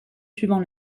suivant